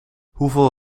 hoeveel